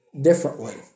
differently